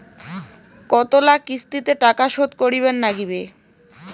কতোলা কিস্তিতে টাকা শোধ করিবার নাগীবে?